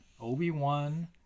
Obi-Wan